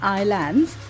islands